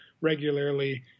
regularly